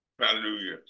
hallelujah